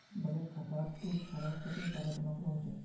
बचत खातात एक सालोत कतेरी टका जमा करवा होचए?